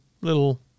little